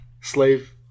slave